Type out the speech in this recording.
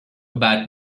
about